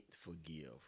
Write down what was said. forgive